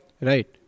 Right